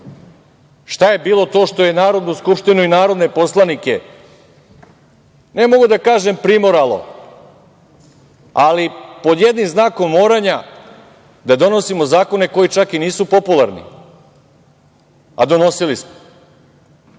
šta je bilo to što je Narodnu skupštinu i narodne poslanike, ne mogu da kažem, primoralo, ali pod jednim znakom moranja da donosimo zakone koji čak i nisu popularni, a donosili smo